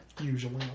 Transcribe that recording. Usually